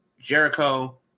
Jericho